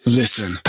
listen